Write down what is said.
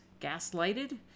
gaslighted